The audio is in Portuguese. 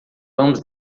vamos